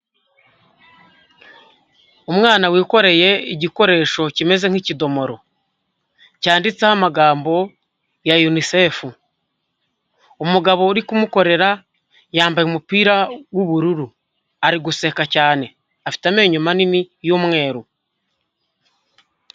Umwana wikoreye igikoresho kimeze nk'ikidomoro cyanditseho amagambo ya yunisefu, umugabo uri kumukorera yambaye umupira w'ubururu ari guseka cyane, afite amenyo manini y'umweru.